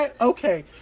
Okay